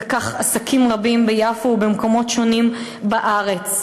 וכך עסקים רבים ביפו ובמקומות שונים בארץ.